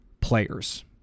players